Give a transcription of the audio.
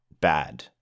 bad